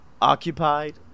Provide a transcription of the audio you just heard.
Occupied